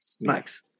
Nice